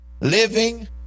Living